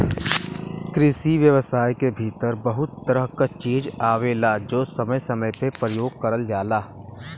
कृषि व्यवसाय के भीतर बहुत तरह क चीज आवेलाजो समय समय पे परयोग करल जाला